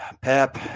Pep